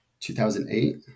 2008